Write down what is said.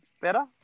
better